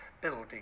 building